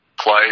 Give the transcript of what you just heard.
play